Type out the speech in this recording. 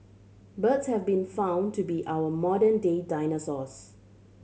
birds have been found to be our modern day dinosaurs